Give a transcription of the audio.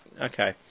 Okay